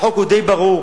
החוק הוא די ברור,